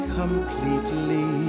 completely